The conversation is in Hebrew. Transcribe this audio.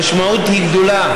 המשמעות היא גדולה,